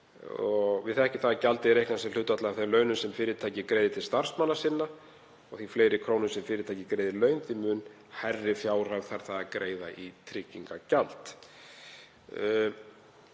Við þekkjum það að gjaldið er reiknað sem hlutfall af þeim launum sem fyrirtækið greiðir til starfsmanna sinna, því fleiri krónur sem fyrirtækið greiðir í laun þeim mun hærri fjárhæð þarf það að greiða í tryggingagjald.